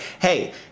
hey